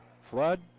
Flood